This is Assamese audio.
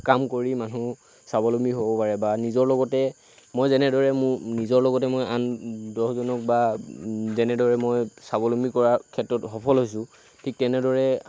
কাম কৰি মানুহ স্বাৱলম্বী হ'ব পাৰে বা নিজৰ লগতে মই যেনেদৰে মোৰ নিজৰ লগতে আন দহজনক বা যেনেদৰে মই স্বাৱলম্বী কৰাৰ ক্ষেত্ৰত সফল হৈছোঁ ঠিক তেনেদৰে